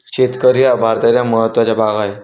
शेतकरी हा भारताचा महत्त्वाचा भाग आहे